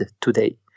today